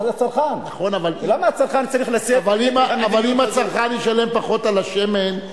אבל אם הצרכן ישלם פחות על השמן,